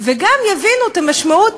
וגם יבינו את המשמעות.